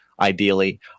ideally